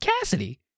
Cassidy